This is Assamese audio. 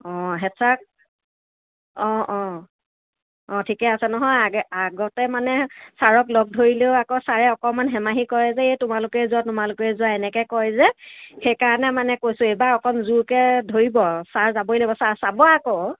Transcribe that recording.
অঁ হেড ছাৰ অঁ অঁ অঁ ঠিকেই আছে নহয় আগে আগতে মানে ছাৰক লগ ধৰিলেও আকৌ ছাৰে অকণমান হেমাহি কৰে যে এই তোমালোকেই যোৱা তোমালোকেই যোৱা এনেকে কয় যে সেইকাৰণে মানে কৈছোঁ এইবাৰ অকণ জোৰকে ধৰিব আৰু ছাৰ যাবই লাগিব ছাৰ চাব আকৌ